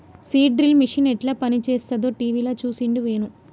seed drill machine యెట్ల పనిచేస్తదో టీవీల చూసిండు వేణు